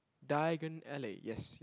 diagonally yes